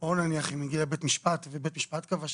או אם נניח מגיעים לבית המשפט ובית המשפט קבע.